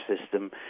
system